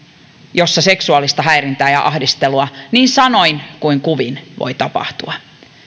jossa seksuaalista häirintää ja ahdistelua niin sanoin kuin kuvin voi tapahtua